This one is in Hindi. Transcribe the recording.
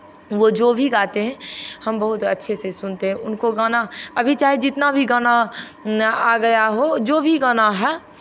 वो जो भी गाते है हम बहुत अच्छे से सुनते हैं उनको गाना अभी चाहे जितना भी गाना नया आ गया हो जो भी गाना है